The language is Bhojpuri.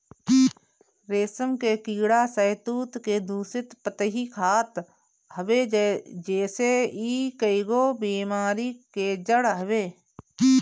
रेशम के कीड़ा शहतूत के दूषित पतइ खात हवे जेसे इ कईगो बेमारी के जड़ हवे